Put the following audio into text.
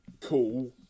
cool